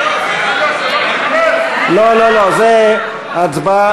הכנסת, לשנת התקציב 2015, נתקבל.